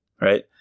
right